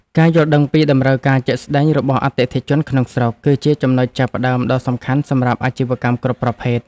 ការយល់ដឹងពីតម្រូវការជាក់ស្តែងរបស់អតិថិជនក្នុងស្រុក គឺជាចំណុចចាប់ផ្តើមដ៏សំខាន់សម្រាប់អាជីវកម្មគ្រប់ប្រភេទ។